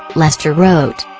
lester wrote.